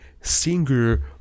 singer